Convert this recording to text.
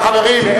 אבל מי,